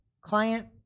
client